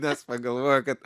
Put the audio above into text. nes pagalvojo kad